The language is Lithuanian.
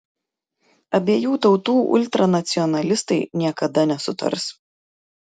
abiejų tautų ultranacionalistai niekada nesutars